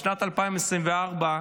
בשנת 2024,